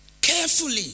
carefully